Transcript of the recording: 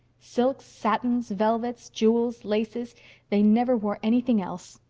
silks satins velvets jewels laces they never wore anything else.